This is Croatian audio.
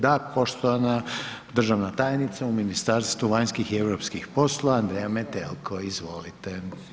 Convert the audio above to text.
Da, poštovana državna tajnica u Ministarstvu vanjskih i europskih poslova Andrea Metelko, izvolite.